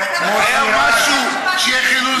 הוא חייב משהו שיהיה חילול שבת.